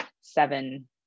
seven